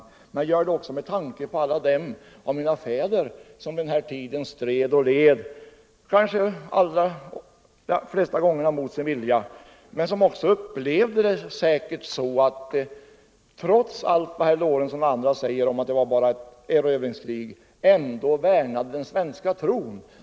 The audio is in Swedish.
Jag gör det emellertid också med tanke på alla dem av mina fäder som under den tiden stred och led — de flesta gånger kanske mot sin vilja - men som säkert också upplevde det så, att kriget — trots allt vad herr Lorentzon och andra säger om att kriget bara varit erövringskrig — ändå värnade om den svenska tron.